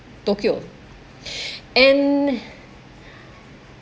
tokyo and